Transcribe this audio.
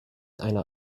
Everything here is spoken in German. einer